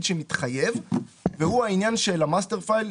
שמתחייב והוא העניין של master file,